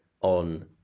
on